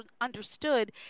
understood